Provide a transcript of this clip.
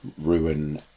ruin